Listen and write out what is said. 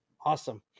awesome